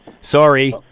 Sorry